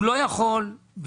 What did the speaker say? זה